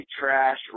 trash